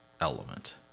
element